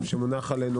שמונח לפנינו,